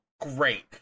Great